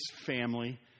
family